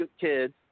kids